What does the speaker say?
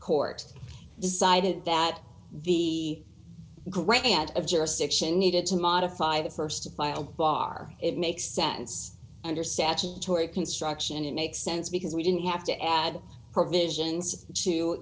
court decided that the grant of jurisdiction needed to modify the st to file bar it makes sense under statutory construction it makes sense because we didn't have to add provisions to